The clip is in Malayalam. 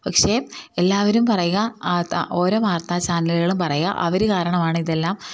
പക്ഷേ എല്ലാവരും പറയുക ഓരോ വർത്താ ചാനലുകളും പറയുക അവർ കാരണമാണ് ഇതെല്ലാം